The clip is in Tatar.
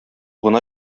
гына